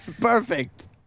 Perfect